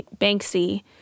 Banksy